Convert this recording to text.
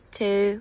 two